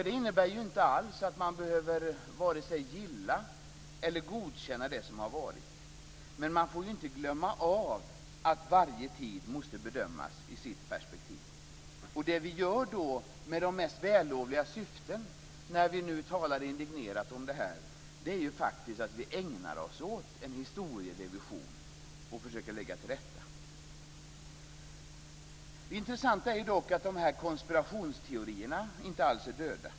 Det innebär inte alls att man behöver vare sig gilla eller godkänna det som har varit. Men man får inte glömma att varje tid måste bedömas i sitt perspektiv. Det vi med de mest vällovliga syften gör när vi nu talar indignerat om detta är faktiskt att vi ägnar oss åt en historierevision och försöker lägga till rätta. Det intressanta är dock att de här konspirationsteorierna inte alls är döda.